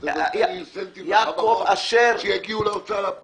זה נותן תמריץ לחברות שיגיעו להוצאה לפועל.